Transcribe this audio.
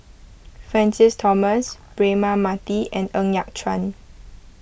Francis Thomas Braema Mathi and Ng Yat Chuan